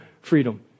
freedom